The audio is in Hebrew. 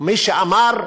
מי שאמר,